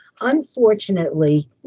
Unfortunately